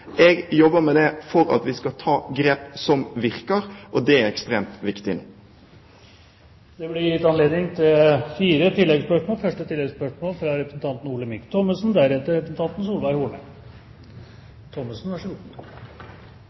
Jeg jobber med det, slik at vi tar grep som virker. Det er ekstremt viktig nå. Det blir gitt anledning til fire oppfølgingsspørsmål – først Olemic Thommessen.